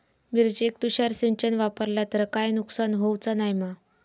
मिरचेक तुषार सिंचन वापरला तर काय नुकसान होऊचा नाय मा?